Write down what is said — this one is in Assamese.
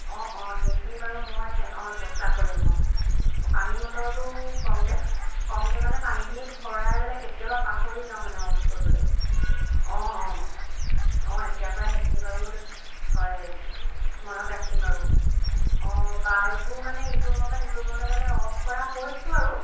অঁ অঁ সেইখিনি বাৰু মই অঁ চেষ্টা কৰিম অঁ অঁ অঁ পানী মটৰটো কমকৈ কমকৈ মানে পানীখিনি ভৰাই পেলাই কেতিয়াবা পাহৰি যাওঁ মানে অ'ফ কৰিবলৈ অঁ অঁ অঁ এতিয়াৰপৰা সেইখিনি বাৰু হয় মনত ৰাখিম বাৰু অঁ বাল্ববোৰ মানে ইটো ৰূমৰপৰা সিটো ৰূমলৈ গ'লে অ'ফ কৰা হৈছোঁ আৰু